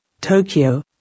Tokyo